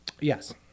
Yes